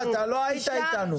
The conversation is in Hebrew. אתה לא היית אתנו.